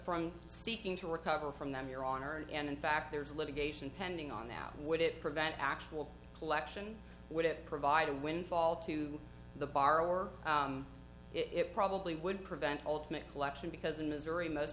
from speaking to recover from them your honor and in fact there's litigation pending on out would it prevent actual collection would it provide a windfall to the borrower it probably would prevent ultimate collection because in missouri most